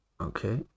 Okay